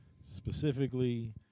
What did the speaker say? specifically